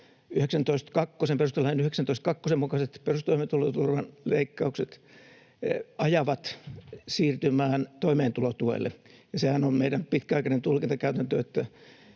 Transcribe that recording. perustuslain 19.2 §:n mukaiset perustoimeentuloturvan leikkaukset ajavat siirtymään toimeentulotuelle. Meidän pitkäaikainen tulkintakäytäntöhän